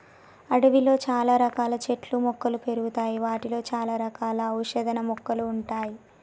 అడవిలో చాల రకాల చెట్లు మొక్కలు పెరుగుతాయి వాటిలో చాల రకాల ఔషధ మొక్కలు ఉంటాయి